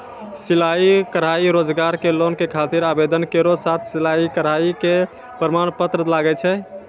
सिलाई कढ़ाई रोजगार के लोन के खातिर आवेदन केरो साथ सिलाई कढ़ाई के प्रमाण पत्र लागै छै?